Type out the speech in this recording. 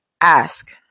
ask